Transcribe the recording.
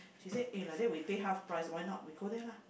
she said eh like that we pay half price why not we go there lah